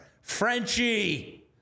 Frenchie